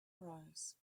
rose